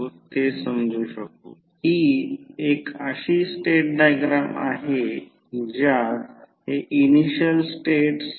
तर त्या प्रकरणात अनुक्रमे E1 आणि E2 म्युच्युअल इंडक्शन